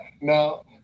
now